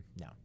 No